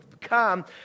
come